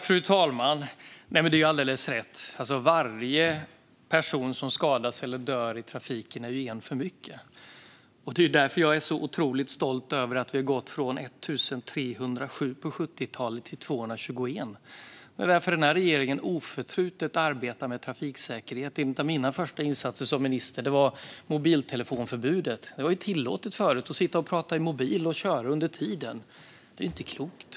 Fru talman! Det är alldeles rätt att varje person som skadas eller dör i trafiken är en person för mycket. Det är därför jag är så stolt över att vi har gått från 1 307 på 70-talet till 221. Regeringen arbetar oförtrutet med trafiksäkerhet, och en av mina första insatser som minister var mobiltelefonförbudet. Tidigare var det tillåtet att prata i mobilen samtidigt som man körde; det var ju inte klokt.